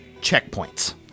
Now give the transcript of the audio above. checkpoints